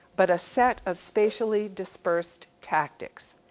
but a set of spatially dispersed tactics.